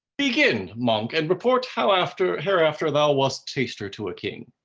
begin, monk, and report how after hereafter thou wast taster to a king.